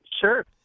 Sure